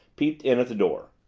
peeped in at the door.